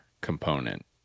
component